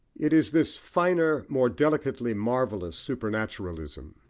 it is this finer, more delicately marvellous supernaturalism,